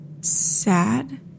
sad